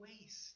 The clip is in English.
waste